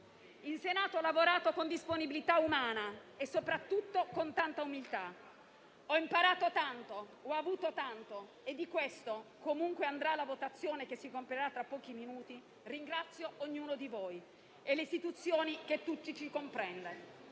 In Senato ho lavorato con disponibilità umana e soprattutto con tanta umiltà. Ho imparato tanto, ho avuto tanto e di questo, comunque andrà la votazione che si compirà tra pochi minuti, ringrazio ognuno di voi e l'Istituzione che tutti ci comprende.